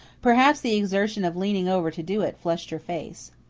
perhaps the exertion of leaning over to do it flushed her face.